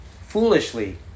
foolishly